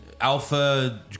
Alpha